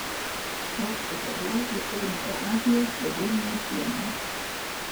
aukštupio ruožu eina kroatijos slovėnijos siena